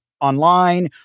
online